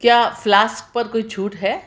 کیا فلاسک پر کوئی چھوٹ ہے